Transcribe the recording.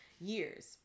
Years